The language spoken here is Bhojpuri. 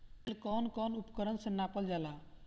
तेल कउन कउन उपकरण से नापल जाला?